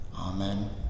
Amen